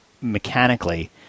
mechanically